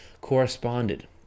corresponded